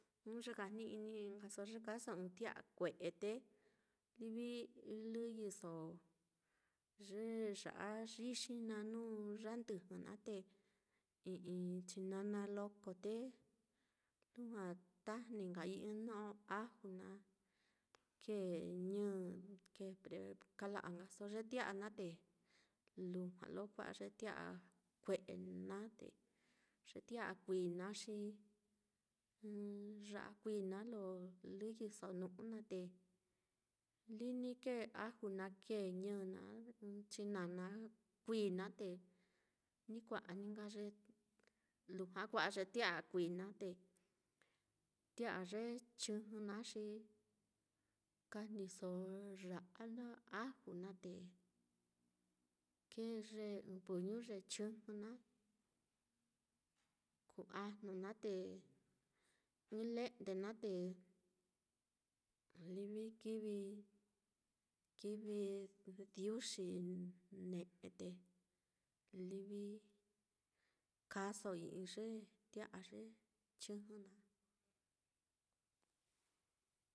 Jnu ye kajni-ini nkaso ye kaaso ɨ́ɨ́n tia'a kue'e te lɨyɨso ye ya'a yixi naá, nuu yáandɨjɨ́ naá te i'i chinana loko, te lujua tajni nka i'i ɨ́ɨ́n no'o aju naá, kēē ñɨ, kee kala'a nkaso ye tia'a naá, te lujua lo kua'a ye tia'a kue'e naá, te ye tia'a kui naá, xi ya'a kuií naá lo lɨyɨso nu'u naá, te li ni kēē aju naá, kēē ñɨ, ɨ́ɨ́n chinana kuií naá, te ni kua'a ni nka ye lujua kua'a ye tia'a kuií naá, te tia'a ye chijɨ naá xi kajniso ya'a naá, aju naá, te kēē ye ɨ́ɨ́n puñu ye chijɨ naá, kuu ajnu naá te ɨ́ɨ́n le'nde naá, te livi kivi, kivi diuxi ne'e te livi kaaso i'i tia'a ye chijɨ naá.